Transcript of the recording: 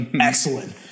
excellent